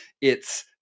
it's-